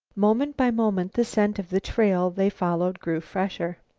moment by moment the scent of the trail they followed grew fresher.